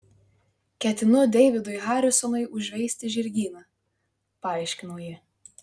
ketinu deividui harisonui užveisti žirgyną paaiškino ji